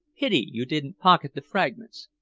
pity you didn't pocket the fragments.